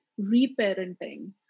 reparenting